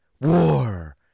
war